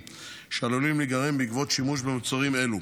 שעלולים להיגרם בעקבות שימוש במוצרים אלו,